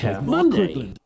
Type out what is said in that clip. Monday